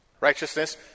Righteousness